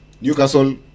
Newcastle